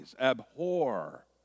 abhor